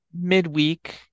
midweek